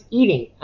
eating